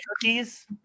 cookies